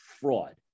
fraud